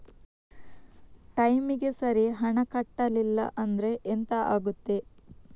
ಟೈಮಿಗೆ ಸರಿ ಹಣ ಕಟ್ಟಲಿಲ್ಲ ಅಂದ್ರೆ ಎಂಥ ಆಗುತ್ತೆ?